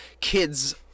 kids